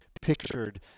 pictured